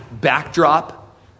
backdrop